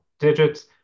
digits